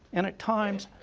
and at times,